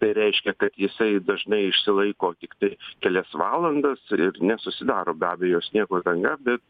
tai reiškia kad jisai dažnai išsilaiko tiktai kelias valandas nesusidaro be abejo sniego danga bet